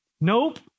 Nope